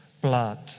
blood